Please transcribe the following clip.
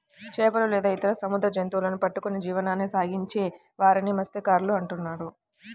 చేపలు లేదా ఇతర సముద్ర జంతువులను పట్టుకొని జీవనాన్ని కొనసాగించే వారిని మత్య్సకారులు అంటున్నారు